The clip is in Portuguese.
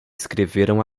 escreveram